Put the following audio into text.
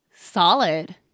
Solid